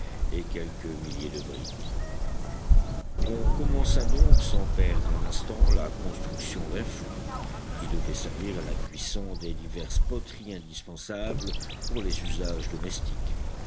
et quelques milliers de briques on commença donc sans perdre un instant la construction d'un four qui devait servir à la cuisson des diverses poteries indispensables pour les usages domestiques